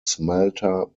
smelter